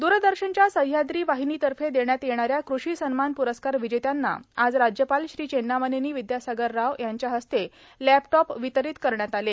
द्ररदर्शनच्या सह्याद्री वाहिनीतर्फे देण्यात येणाऱ्या क्रषी सन्मान प्ररस्कार विजेत्यांना आज राज्यपाल श्री चेन्नामनेनी विद्यासागर राव यांच्या हस्ते लॅपटॉप वितरीत करण्यात आले